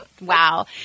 Wow